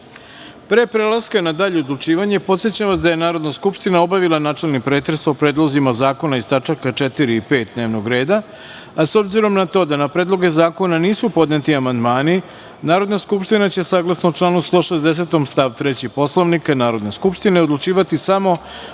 prelaska na dalje odlučivanje podsećam vas da je Narodna skupština obavila načelni pretres o predlozima zakona iz tačaka 4. i 5. dnevnog reda.S obzirom na to da na predloge zakona nisu podneti amandmani, Narodna skupština će, saglasno članu 160. stav 3. Poslovnika Narodne skupštine, odlučivati samo o